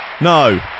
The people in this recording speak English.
No